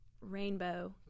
rainbow